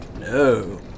No